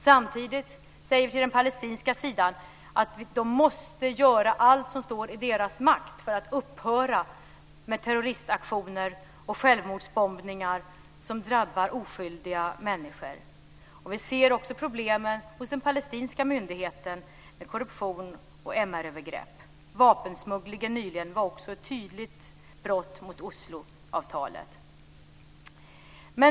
Samtidigt säger vi till palestinierna att de måste göra allt som står i deras makt för att terroristaktioner och självmordsbombningar som drabbar oskyldiga människor ska upphöra. Vi ser också problemen hos den palestinska myndigheten med korruption och MR övergrepp. Vapensmugglingen nyligen var också ett tydligt brott mot Osloavtalet.